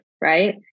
right